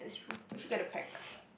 we should get the pack